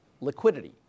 liquidity